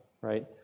right